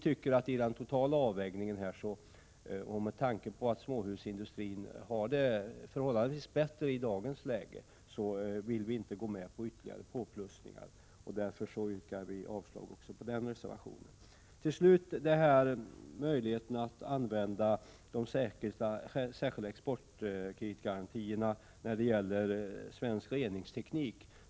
Efter en total avvägning och med tanke på att småhusindustrin nu har det förhållandevis bättre vill vi inte gå med på ytterligare ökningar och yrkar därför avslag också på den reservationen. Till slut vill jag ta upp möjligheterna att använda de särskilda exportkreditgarantierna för export av svensk reningsteknik.